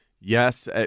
Yes